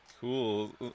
Cool